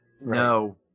No